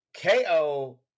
KO